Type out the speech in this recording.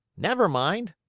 never mind,